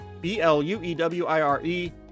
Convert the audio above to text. B-L-U-E-W-I-R-E